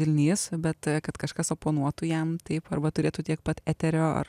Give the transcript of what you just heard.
zilnys bet kad kažkas oponuotų jam taip arba turėtų tiek pat eterio ar